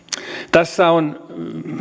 tässä on